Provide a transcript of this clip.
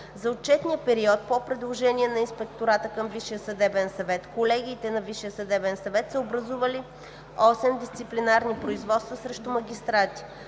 За отчетния период, по предложение на ИВСС, колегиите на ВСС са образували 8 дисциплинарни производства срещу магистрати.